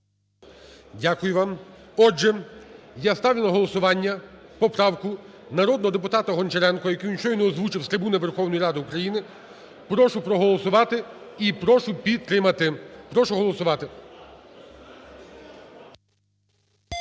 Дякую вам. Отже, я ставлю на голосування поправку народного депутата Гончаренко, яку він щойно озвучив з трибуни Верховної Ради України. Прошу проголосувати і прошу підтримати. Прошу голосувати.